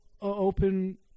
open